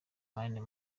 marines